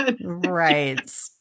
Right